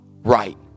right